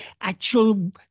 actual